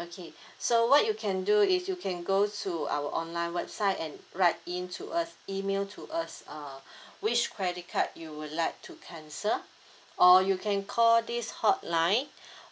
okay so what you can do is you can go to our online website and write in to us email to us uh which credit card you would like to cancel or you can call this hotline